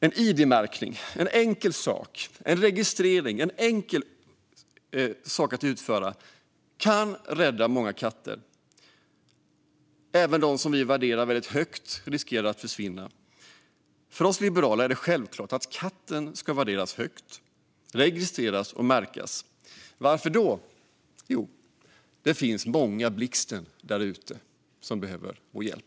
En id-märkning och en registrering är en enkel sak att utföra. Det kan rädda många katter. Även de som vi värderar väldigt högt kan riskera att försvinna. För oss liberaler är det självklart att katten ska värderas högt, registreras och märkas. Varför då? Jo, därför att det finns många Blixten därute som behöver vår hjälp.